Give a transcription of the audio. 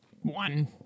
one